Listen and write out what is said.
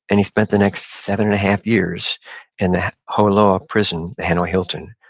and he spent the next seven and a half years in that hoa lo ah prison, the hanoi hilton,